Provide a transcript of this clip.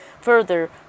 Further